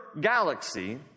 galaxy